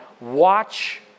watch